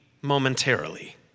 momentarily